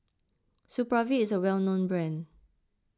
Supravit is a well known brand